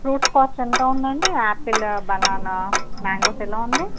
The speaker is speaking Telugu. ఫ్రూట్ కాస్ట్ ఎంత ఉందండి ఆపిల్ బనానా మ్యాంగోస్ ఎలా ఉన్నాయి